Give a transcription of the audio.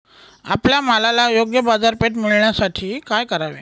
आपल्या मालाला योग्य बाजारपेठ मिळण्यासाठी काय करावे?